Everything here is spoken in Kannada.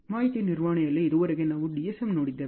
ಮಾಹಿತಿ ನಿರ್ವಹಣೆಯಲ್ಲಿ ಇದುವರೆಗೆ ನಾವು ಡಿಎಸ್ಎಂDSM ನೋಡಿದ್ದೇವೆ